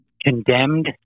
condemned